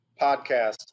podcast